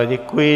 Děkuji.